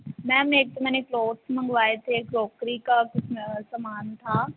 ma'am ਏਕ ਤੋਂ ਮੈਨੇ ਫਲੋਰਸ ਮੰਗਵਾਏ ਥੇ ਕਰੋਕਰੀ ਕਾ ਕੁਛ ਸਮਾਨ ਥਾ